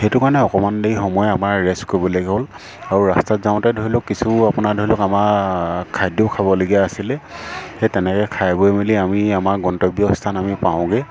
সেইটো কাৰণে অকণমান দেৰি সময় আমাৰ ৰেষ্ট কৰিবলৈ হ'ল আৰু ৰাস্তাত যাওঁতে ধৰি লওক কিছু আপোনাৰ ধৰি লওক আমাৰ খাদ্যও খাবলগীয়া আছিলে সেই তেনেকৈ খাই বৈ মেলি আমি আমাৰ গন্তব্য স্থান আমি পাওঁগৈ